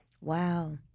Wow